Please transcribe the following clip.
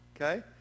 okay